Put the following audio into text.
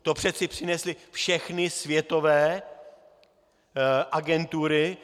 To přece přinesly všechny světové agentury.